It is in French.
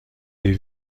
des